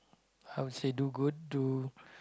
I would say do good do